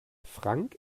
frank